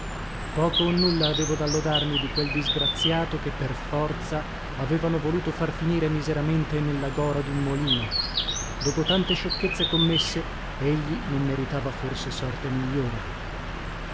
poco o nulla avevo da lodarmi di quel disgraziato che per forza avevano voluto far finire miseramente nella gora dun molino dopo tante sciocchezze commesse egli non meritava forse sorte migliore